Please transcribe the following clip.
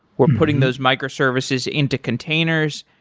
are putting those microservices in to containers.